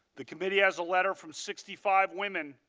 the committee has a letter from sixty five women,